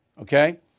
okay